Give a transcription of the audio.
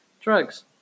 drugs